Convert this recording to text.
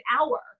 hour